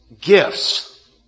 gifts